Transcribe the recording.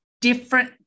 different